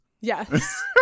Yes